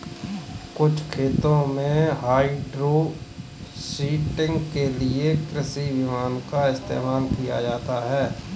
कुछ खेतों में हाइड्रोसीडिंग के लिए कृषि विमान का इस्तेमाल किया जाता है